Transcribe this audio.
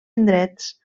indrets